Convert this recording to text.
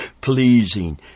Pleasing